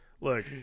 Look